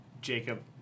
Jacob